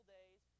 days